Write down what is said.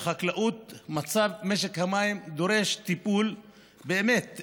אבל מצב משק המים בחקלאות דורש טיפול שורש.